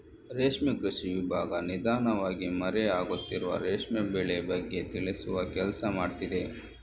ರೇಷ್ಮೆ ಕೃಷಿ ವಿಭಾಗ ನಿಧಾನವಾಗಿ ಮರೆ ಆಗುತ್ತಿರುವ ರೇಷ್ಮೆ ಬೆಳೆ ಬಗ್ಗೆ ತಿಳಿಸುವ ಕೆಲ್ಸ ಮಾಡ್ತಿದೆ